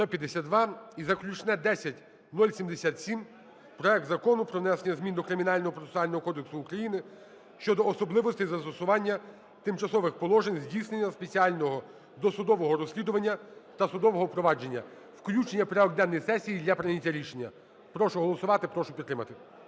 За-152 І заключний – 10077: проект Закону про внесення змін до Кримінального процесуального кодексу України щодо особливостей застосування тимчасових положень здійснення спеціального досудового розслідування та судового провадження, включення в порядок денний сесії для прийняття рішення. Прошу голосувати, прошу підтримати.